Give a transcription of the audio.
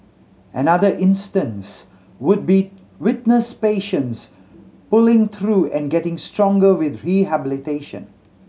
another instance would be witness patients pulling through and getting stronger with rehabilitation